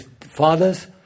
Father's